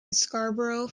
scarborough